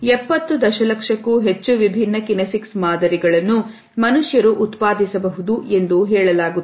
70 ದಶಲಕ್ಷ ಕ್ಕೂ ಹೆಚ್ಚು ವಿಭಿನ್ನ ಕಿನೆಸಿಕ್ಸ್ ಮಾದರಿಗಳನ್ನು ಮನುಷ್ಯರು ಉತ್ಪಾದಿಸಬಹುದು ಎಂದು ಹೇಳಲಾಗುತ್ತದೆ